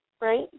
Right